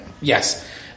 Yes